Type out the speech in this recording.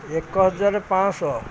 ଏକ ହଜାର ପାଞ୍ଚଶହ